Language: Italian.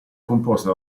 composta